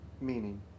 meaning